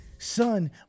Son